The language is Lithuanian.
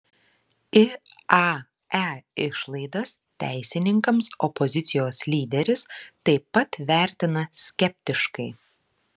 iae išlaidas teisininkams opozicijos lyderis taip pat vertina skeptiškai